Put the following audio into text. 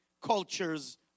cultures